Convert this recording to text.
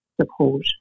support